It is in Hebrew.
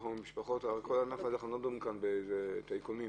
אנחנו לא מדברים כאן על מגדלים שהם טייקונים.